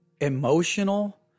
Emotional